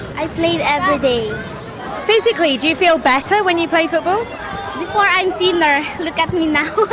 i play every day. physically, do you feel better when you play football? before i'm thinner, look at me now!